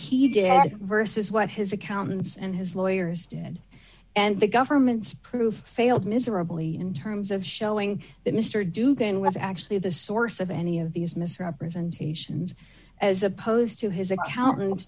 he did versus what his accountants and his lawyers did and the government's proof failed miserably in terms of showing that mister dubin was actually the source of any of these misrepresentations as opposed to his accountant